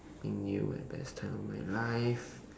something new and best time in my life